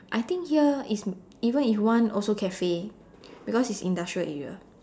I think here if even if you want also cafe because it's industrial area